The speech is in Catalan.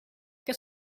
que